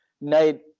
night